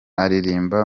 aririmba